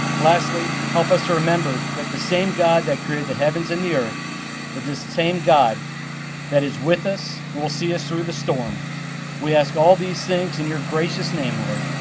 lastly help us to remember that the same god that created the heavens and the earth that is the same god that is with us will see us through the storm we ask all these things and your gracious name, lord,